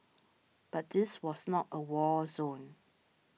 but this was not a war zone